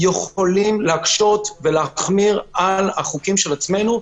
יכולים להקשות ולהחמיר על החוקים של עצמנו,